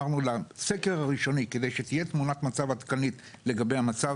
אז לסקר הראשון שייתן לנו תמונת מצב ראשונית לגבי המצב